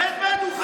תוציא אותו,